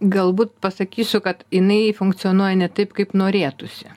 galbūt pasakysiu kad jinai funkcionuoja ne taip kaip norėtųsi